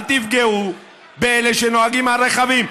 אל תפגעו באלה שנוהגים על רכבים.